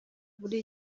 muri